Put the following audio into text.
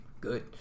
Good